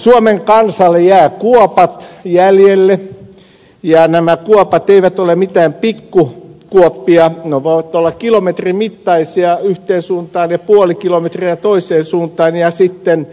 suomen kansalle jäävät kuopat jäljelle ja nämä kuopat eivät ole mitään pikkukuoppia ne voivat olla kilometrin mittaisia yhteen suuntaan ja puoli kilometriä toiseen suuntaan ja sitten